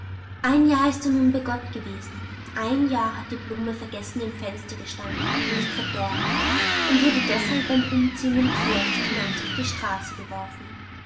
ein jahr ist er nun bei gott gewesen ein jahr hat die blume vergessen im fenster gestanden und ist verdorrt und wurde deshalb beim umziehen im kehricht hinaus auf die straße geworfen